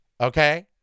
Okay